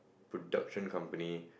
production company